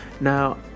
Now